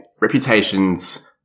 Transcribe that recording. reputations